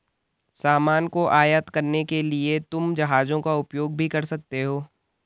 सामान को आयात करने के लिए तुम जहाजों का उपयोग भी कर सकते हो